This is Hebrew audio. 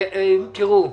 תראו,